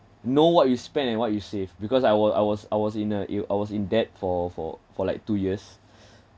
know what you spend and what you save because I were I was I was in a year I was in debt for for for like two years